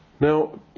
Now